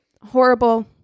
Horrible